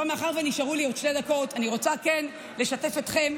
מאחר שנשארו לי עוד שתי דקות, אני רוצה לשתף אתכם